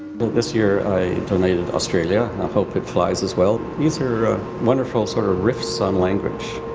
this year i donated australia, i hope it flies as well. these are wonderful sort of riffs on language.